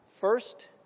first